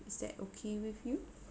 is that okay with you